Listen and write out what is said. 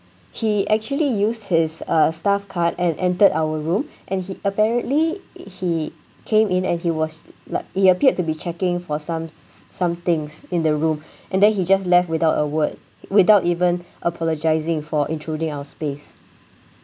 he actually use his uh staff card and entered our room and he apparently he came in and he was like he appeared to be checking for some some things in the room and then he just left without a word without even apologising for intruding our space